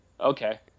okay